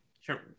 sure